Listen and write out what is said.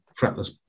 fretless